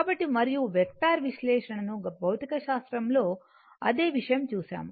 కాబట్టి మరియు వెక్టార్ విశ్లేషణను భౌతికశాస్త్రంలో అదే విషయం చూశాము